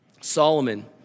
Solomon